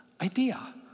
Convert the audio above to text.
idea